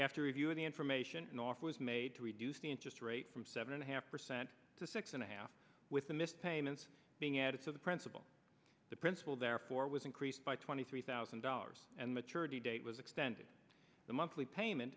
after reviewing the information an offer was made to reduce the interest rate from seven and a half percent to six and a half with the missed payments being added to the principal the principal therefore was increased by twenty three thousand dollars and maturity date was extended the monthly payment